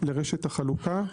לרשת החלוקה,